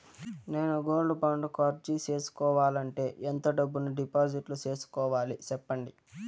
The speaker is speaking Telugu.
నేను గోల్డ్ బాండు కు అర్జీ సేసుకోవాలంటే ఎంత డబ్బును డిపాజిట్లు సేసుకోవాలి సెప్పండి